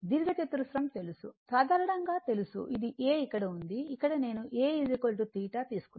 దీర్ఘచతురస్రం తెలుసు సాధారణంగా తెలుసు ఇది A ఇక్కడ ఉంది ఇక్కడ నేను A θ తీసుకున్నాను